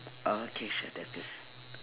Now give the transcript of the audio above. okay sure that's good